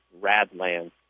Radland